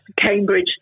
Cambridge